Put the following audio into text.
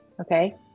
Okay